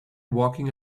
walking